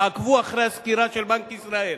תעקבו אחרי הסקירה של בנק ישראל.